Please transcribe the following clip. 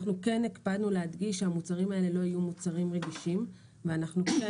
אנחנו כן הקפדנו להדגיש שהמוצרים האלה לא יהיו מוצרים רגישים ואנחנו כן